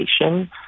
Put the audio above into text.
education